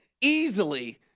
easily